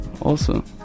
Awesome